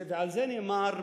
על זה נאמר,